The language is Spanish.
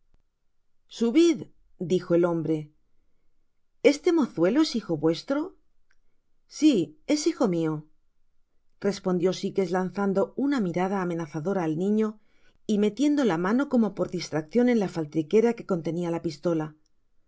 subid dijo el hombre este mozuelo es hijo vuestro si es mi hijo respondió sikes lanzando una mirada amenazadora al niño y metiendo la mano como por distraccion en la faltriquera que contenia la pistola tu